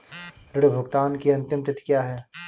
ऋण भुगतान की अंतिम तिथि क्या है?